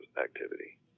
activity